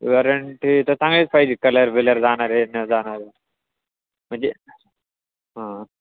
warranty तर चांगलेच पाहिजे कलर बिलर जाणारे न जाणारे म्हणजे हां